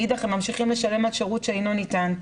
מאידך הם ממשיכים לשלם על שירות שאינו ניתן.